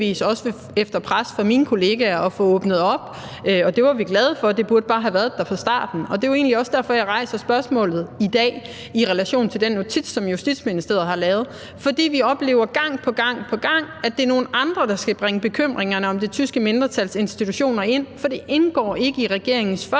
også efter pres fra mine kollegaer, at få åbnet op, og det var vi glade for. Det burde der bare have været fra starten, og det er egentlig også derfor, jeg rejser spørgsmålet i dag i relation til den notits, som Justitsministeriet har lavet. Gang på gang på gang oplever vi, at det er nogle andre, der skal bringe bekymringerne om det tyske mindretals institutioner ind, for det indgår ikke i regeringens første